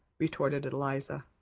retorted eliza.